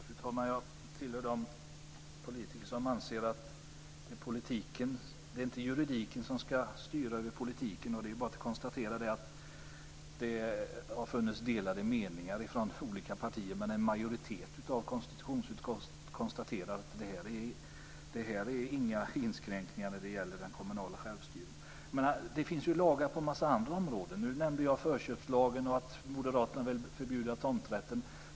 Fru talman! Jag tillhör de politiker som anser att det inte är juridiken som ska styra över politiken. Det är bara att konstatera att det har funnits delade meningar från olika partier. Men en majoritet av konstitutionsutskottet konstaterar att det här inte innebär några inskränkningar när det gäller den kommunala självstyrelsen. Det finns ju lagar på en mängd andra områden. Jag nämnde förköpslagen och att moderaterna vill förbjuda tomträtten.